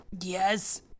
Yes